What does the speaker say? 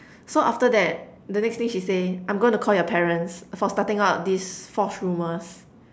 so after that the next thing she say I'm gonna call your parents for starting out these false rumours